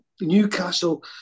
Newcastle